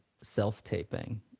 self-taping